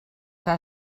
que